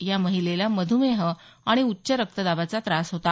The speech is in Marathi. या महिलेला मधुमेह आणि उच्च रक्तदाबाचा त्रास होता